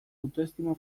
autoestimu